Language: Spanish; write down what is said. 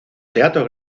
teatro